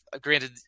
granted